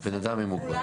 בן אדם עם מוגבלות.